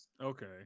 Okay